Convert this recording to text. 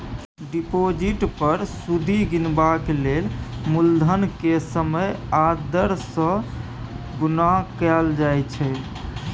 deposit पर सुदि गिनबाक लेल मुलधन केँ समय आ दर सँ गुणा कएल जाइ छै